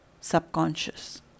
subconscious